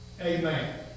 Amen